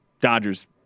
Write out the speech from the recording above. Dodgers